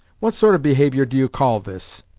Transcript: what sort of behaviour do you call this